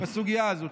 בסוגיה הזאת.